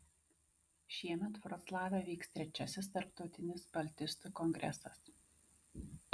šiemet vroclave vyks trečiasis tarptautinis baltistų kongresas